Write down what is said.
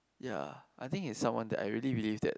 ya I think it's someone that I really believe that